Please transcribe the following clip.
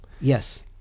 Yes